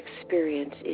experience